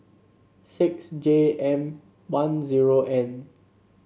six J M one zero N